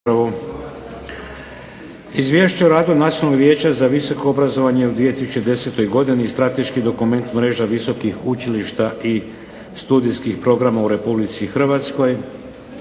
Izvješće o radu Nacionalnog vijeća za visoko obrazovanje u 2010. godini i strateški dokument mreža visokih učilišta i studijskih programa u Republici Hrvatskoj.